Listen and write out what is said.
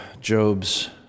Job's